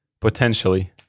Potentially